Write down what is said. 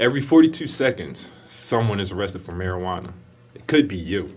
every forty two seconds someone is arrested for marijuana it could be you